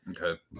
Okay